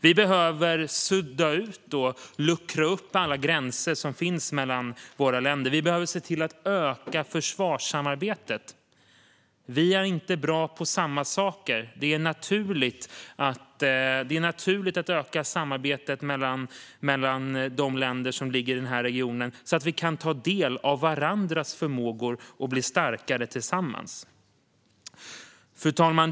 Vi behöver sudda ut och luckra upp alla gränser som finns mellan våra länder. Vi behöver se till att öka försvarssamarbetet. Vi är inte bra på samma saker. Det är naturligt att öka samarbetet mellan länderna i den här regionen så att vi kan ta del av varandras förmågor och bli starkare tillsammans. Fru talman!